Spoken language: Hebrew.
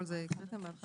את כל זה הקראתם מההתחלה?